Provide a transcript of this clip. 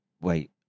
wait